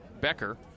Becker